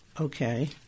Okay